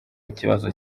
ikibazo